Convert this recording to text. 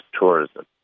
tourism